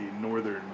northern